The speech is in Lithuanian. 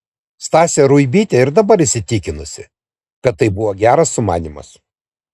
stasė ruibytė ir dabar įsitikinusi kad tai buvo geras sumanymas